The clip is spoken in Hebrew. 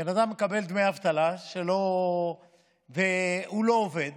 בן אדם שמקבל דמי אבטלה והוא לא עובד